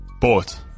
Bought